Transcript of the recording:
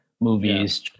movies